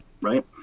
right